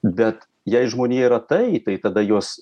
bet jei žmonija yra tai tada jos